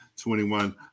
21